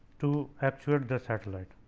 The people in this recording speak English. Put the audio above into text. to actuate the satellite